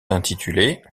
intitulé